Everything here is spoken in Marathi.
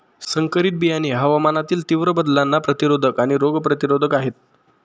संकरित बियाणे हवामानातील तीव्र बदलांना प्रतिरोधक आणि रोग प्रतिरोधक आहेत